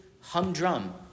humdrum